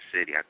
city